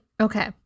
Okay